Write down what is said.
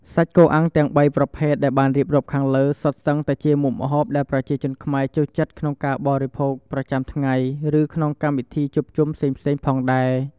សាច់គោអាំងទាំងបីប្រភេទដែលបានរៀបរាប់ខាងលើសុទ្ធសឹងតែជាមុខម្ហូបដែលប្រជាជនខ្មែរចូលចិត្តក្នុងការបរិភោគប្រចាំថ្ងៃ ឬក្នុងកម្មវិធីជួបជុំផ្សេងៗផងដែរ។